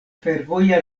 fervoja